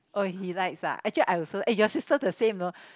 oh he likes ah actually I also eh your sister the same know